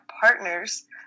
partners